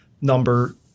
number